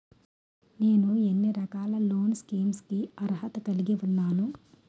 నేను ఎన్ని రకాల లోన్ స్కీమ్స్ కి అర్హత కలిగి ఉన్నాను?